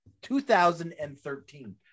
2013